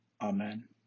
amen